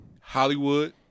Hollywood